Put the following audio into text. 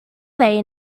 they